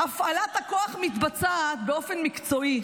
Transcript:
הפעלת הכוח מתבצעת באופן מקצועי.